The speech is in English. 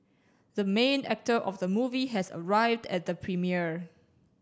the main actor of the movie has arrived at the premiere